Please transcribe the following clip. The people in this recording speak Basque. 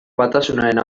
batasunaren